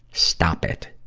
stop it.